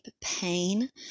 pain